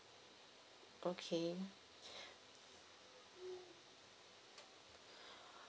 okay